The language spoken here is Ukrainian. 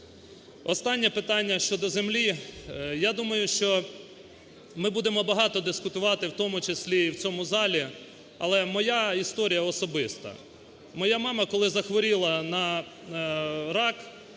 Останнє питання щодо землі. Я думаю, що ми будемо багато дискутувати в тому числі і в цьому залі, але моя історія особиста. Моя мама, коли захворіла на рак,